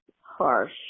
harsh